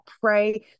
pray